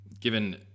Given